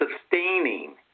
sustaining